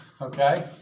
okay